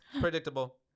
Predictable